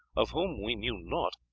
of whom we knew naught,